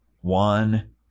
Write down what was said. one